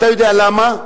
אתה יודע למה?